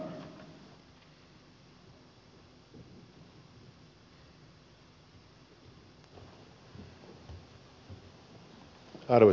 arvoisa puhemies